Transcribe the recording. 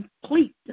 complete